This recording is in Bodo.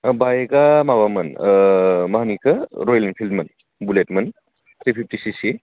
हो बाइकआ माबामोन मा होनो बेखौ रयेल एनफिल्दमोन बुलेटमोन थ्रि फिफ्टि सिसि